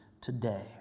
today